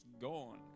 gone